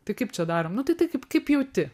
tai kaip čia darom nu tai taip kaip jauti